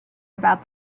about